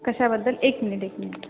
कशाबद्दल एक मिनिट एक मिनिट